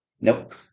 Nope